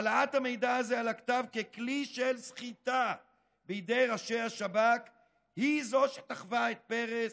העלאת המידע הזה על הכתב ככלי לסחיטה בידי ראשי השב"כ היא שדחפה את פרס,